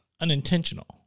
unintentional